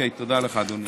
תודה לך, אדוני.